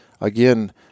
again